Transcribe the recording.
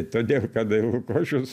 todėl kad lukošius